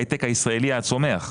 ההייטק הישראלי הצומח.